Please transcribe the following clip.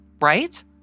right